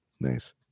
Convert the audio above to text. Nice